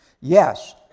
yes